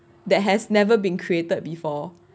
that has never been created before